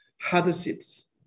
hardships